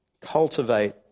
Cultivate